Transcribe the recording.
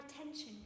attention